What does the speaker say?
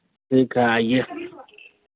ठीक है आइए